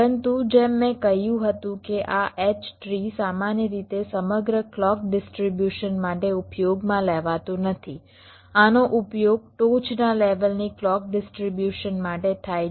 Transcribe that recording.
પરંતુ જેમ મેં કહ્યું હતું કે આ H ટ્રી સામાન્ય રીતે સમગ્ર ક્લૉક ડિસ્ટ્રીબ્યુશન માટે ઉપયોગમાં લેવાતું નથી આનો ઉપયોગ ટોચના લેવલની ક્લૉક ડિસ્ટ્રીબ્યુશન માટે થાય છે